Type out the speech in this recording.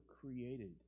created